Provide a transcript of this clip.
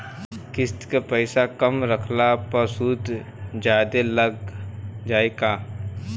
किश्त के पैसा कम रखला पर सूद जादे लाग जायी का?